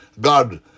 God